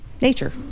nature